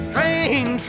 Train